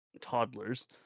toddlers